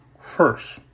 First